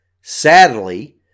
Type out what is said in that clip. sadly